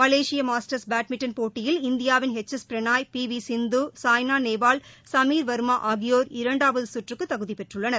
Malaysia masters badminton போட்டியில் இந்தியாவின் H S Prannoy P V Sindhu Saina Nehwal Sameer Verma ஆகியோர் இரண்டாவது கற்றுக்கு தகுதி பெற்றுள்ளனர்